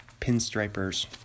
pinstripers